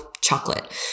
chocolate